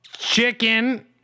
Chicken